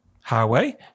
Highway